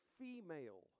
female